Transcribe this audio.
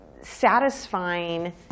satisfying